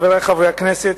חברי חברי הכנסת,